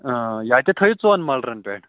یا تہِ تھٲوِو ژۄن مَلرن پٮ۪ٹھ